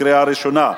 קריאה ראשונה.